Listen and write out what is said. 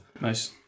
Nice